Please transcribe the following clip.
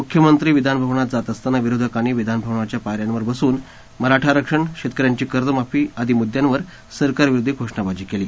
मुख्यमंत्री विधानभवनात जात असताना विरोधकांनी विधानभवनाच्या पाय यांवर बसून मराठा आरक्षण शेतक यांची कर्जमाफी आदी मुद्यांवरुन सरकारविरोधात घोषणाबाजी केली